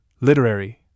literary